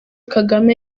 kagame